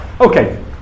Okay